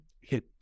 hit